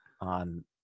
on